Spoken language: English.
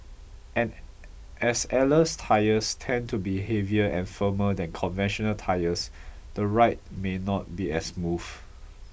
as airless tyres tend to be heavier and firmer than conventional tyres the ride may not be as smooth